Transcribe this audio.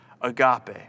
agape